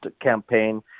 campaign